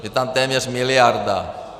Je tam téměř miliarda.